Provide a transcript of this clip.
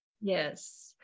Yes